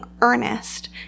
earnest